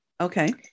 Okay